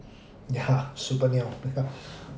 ya super niao